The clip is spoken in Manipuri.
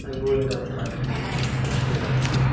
ꯑꯩꯉꯣꯟꯗ ꯐꯥꯒꯤ ꯑꯃ ꯍꯥꯏꯔꯛꯀꯦꯔꯥ